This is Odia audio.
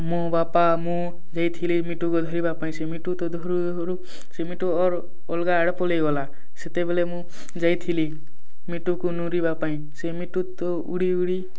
ମୋ ବାପା ମୁଁ ଯାଇ ଥିଲି ମିଟୁକୁ ଧରିବା ପାଇଁ ସେ ମିଟୁକୁ ଧରୁ ଧରୁ ସେ ମିଟୁ ଅଲଗା ଆଡ଼େ ପଳାଇ ଗଲା ସେତେବେଳେ ମୁଁ ଯାଇଥିଲି ମିଟୁକୁ ନୁରିବା ପାଇଁ ସେ ମିଟୁ ତ ଉଡ଼ି ଉଡ଼ି